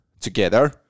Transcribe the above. together